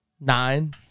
Nine